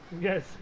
Yes